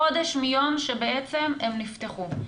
חודש מיום שבעצם הם נפתחו.